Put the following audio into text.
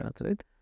right